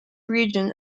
region